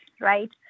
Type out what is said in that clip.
right